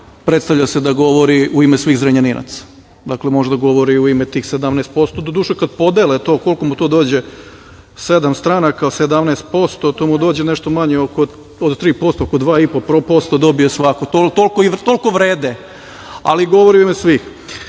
predstavlja se da govori u ime svih Zrenjaninaca. Dakle, može da govori u ime tih 17%. Doduše, kad podele to, koliko mu to dođe? Sedam stranaka, 17%, to mu dođe nešto manje od 3%, po 2,5% dobije svako. Toliko vrede, ali govori u ime svih. Sa